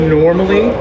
normally